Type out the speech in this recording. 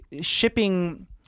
shipping